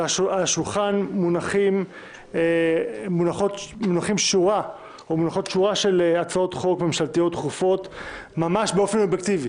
השולחן מונחת שורה של הצעות חוק ממשלתיות דחופות ממש באופן אובייקטיבי.